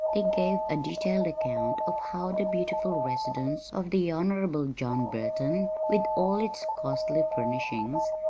they gave a detailed account of how the beautiful residence of the honorable john burton, with all its costly furnishings,